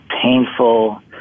painful